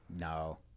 no